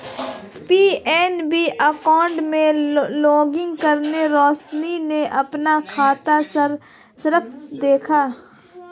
PNB account में login करके रोशनी ने अपना खाता सारांश देखा